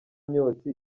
myotsi